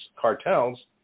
cartels